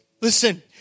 Listen